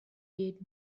did